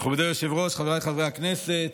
מכובדי היושב-ראש, חבריי חברי הכנסת,